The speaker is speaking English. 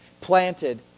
planted